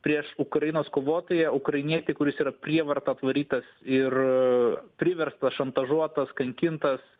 prieš ukrainos kovotoją ukrainietį kuris yra prievarta atvarytas ir priverstas šantažuotas kankintas